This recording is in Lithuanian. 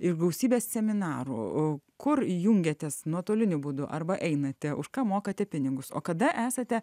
ir gausybės seminarų kur jungiatės nuotoliniu būdu arba einate už ką mokate pinigus o kada esate